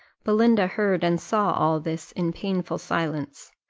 belinda heard and saw all this in painful silence,